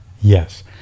Yes